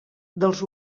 dels